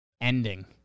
ending